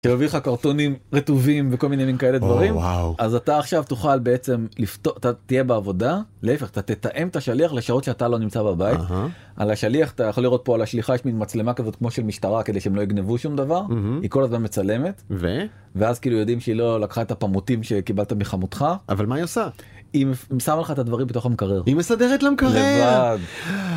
תביא לך קרטונים רטובים וכל מיני מין כאלה דברים. או, וואו. אז אתה עכשיו תוכל, בעצם, לפתו... אתה... תהיה בעבודה. להפך אתה תתאם את השליח לשעות שאתה לא נמצא בבית. על השליח, אתה יכול לראות פה על השליחה, יש מין מצלמה כזאת כמו של משטרה, כדי שהם לא יגנבו שום דבר. היא כל הזמן מצלמת. ו...? ואז, כאילו, יודעים שהיא לא לקחה את הפמוטים שקיבלת מחמותך. אבל מה היא עושה? היא... שמה לך את הדברים בתוך המקרר. היא מסדרת למקרר! לבד.